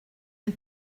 and